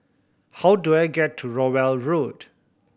how do I get to Rowell Road